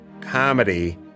comedy